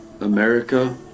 America